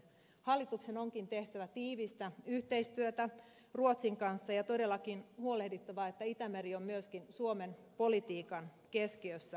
hallituksen onkin tehtävä tiivistä yhteistyötä ruotsin kanssa ja todellakin huolehdittava että itämeri on myöskin suomen politiikan keskiössä